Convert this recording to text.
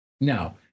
No